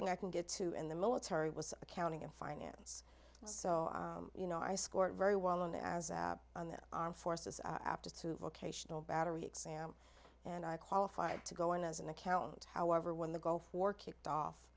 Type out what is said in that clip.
thing i can get to in the military was accounting and finance so i you know i scored very well in there on the armed forces aptitude vocational battery exam and i qualified to go in as an accountant however when the gulf war kicked